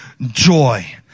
joy